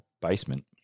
basement